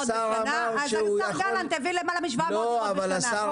אז השר גלנט הביא למעלה מ-700 דירות בשנה.